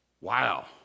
Wow